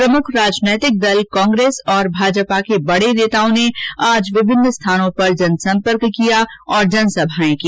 प्रमुख राजनैतिक दल कांग्रेस और भाजपा के बंडे नेताओं ने आज विभिन्न स्थानों पर जनसंपर्क के साथ जनसभाएं की